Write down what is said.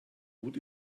gut